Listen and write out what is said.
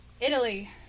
Italy